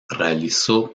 realizó